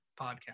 podcast